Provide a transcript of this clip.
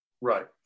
Right